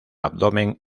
abdomen